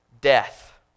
death